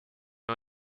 ont